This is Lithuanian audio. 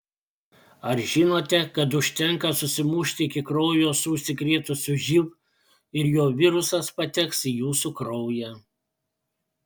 ar žinote kad užtenka susimušti iki kraujo su užsikrėtusiu živ ir jo virusas pateks į jūsų kraują